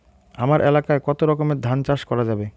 হামার এলাকায় কতো রকমের ধান চাষ করা যাবে?